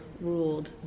ruled